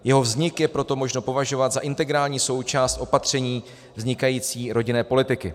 Jeho vznik je proto možno považovat za integrální součást opatření vznikající rodinné politiky.